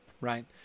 right